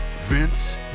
Vince